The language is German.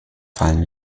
fallen